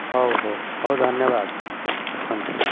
ହଉ ହଉ ହଉ ଧନ୍ୟବାଦ ଆସନ୍ତୁ